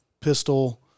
pistol